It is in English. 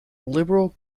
liberal